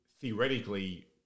theoretically